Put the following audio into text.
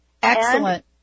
Excellent